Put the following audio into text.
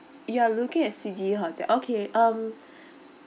you're looking at city hotel okay um